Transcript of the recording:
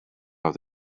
out